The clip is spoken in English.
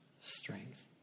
strength